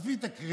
עזבי את הקרדיט.